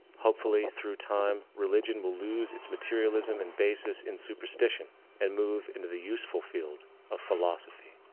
hopefully, through time, religion will loose it's materialism and basis in superstition and move into the useful field of philosophy.